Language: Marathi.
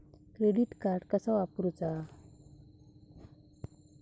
क्रेडिट कार्ड कसा वापरूचा?